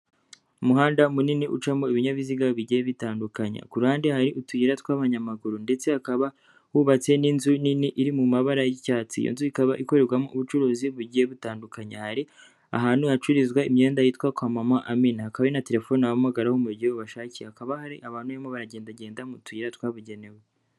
Umuhanda munini ucamo ibinyabiziga bigiye bitandukanye. Ku ruhande hari utuyira tw'abanyamaguru. Ndetse hakaba hubatse n'inzu nini iri mu mabara y'icyatsi. Iyo nzu ikaba ikorerwamo ubucuruzi bugiye butandukanye. Hari ahantu hacururizwa imyenda hitwa kwa mama Amina. Hakaba hari na telefoni wabahamagaraho mu gihe ubashakiye. Hakaba hari abantu barimo baragenda genda mu tuyira twabugenewe.